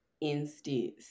instance